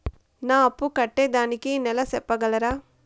నా అప్పు కట్టేదానికి నెల సెప్పగలరా?